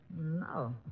No